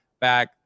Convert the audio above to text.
back